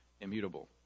immutable